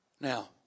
now